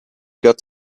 got